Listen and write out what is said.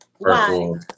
Purple